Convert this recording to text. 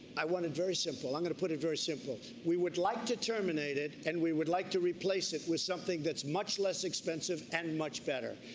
i want it very simple. i'm going to put it very simple. we would like to terminate it and we would like to replace it with something that's much less expensive and much better.